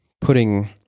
putting